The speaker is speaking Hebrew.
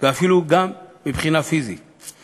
ואפילו גם מבחינה פיזית,